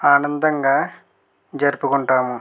ఆనందంగా జరుపుకుంటాము